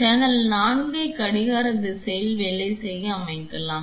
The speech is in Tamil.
சேனல் 4 ஐ கடிகார திசையில் வேலை செய்ய அமைக்கலாம்